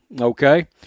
Okay